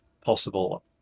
possible